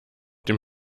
dem